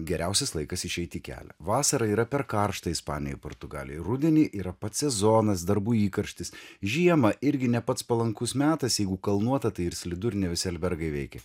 geriausias laikas išeiti į kelią vasarą yra per karšta ispanijoj portugalijoj rudenį yra pats sezonas darbų įkarštis žiemą irgi ne pats palankus metas jeigu kalnuota tai ir slidu ir ne visi albergai veikia